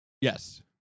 yes